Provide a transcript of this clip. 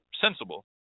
sensible